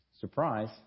Surprise